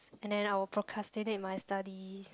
and then I will procrastinate my study